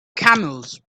camels